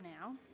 now